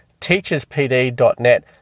teacherspd.net